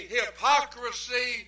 hypocrisy